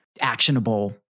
actionable